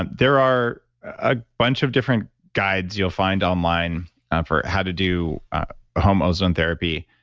and there are a bunch of different guides you'll find online for how to do home ozone therapy,